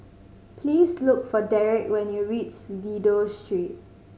please look for Derick when you reach Dido Street